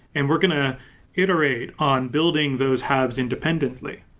and we're going to iterated on building those halves independently,